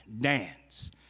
dance